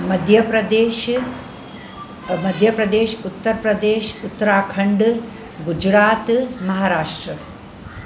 मध्य प्रदेश अ मध्य प्रदेश उत्तर प्रदेश उत्तराखंड गुजरात महाराष्ट्र